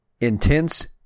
intense